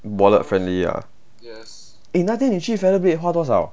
wallet friendly ah eh 那天你去 celebrate 花多少